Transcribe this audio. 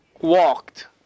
walked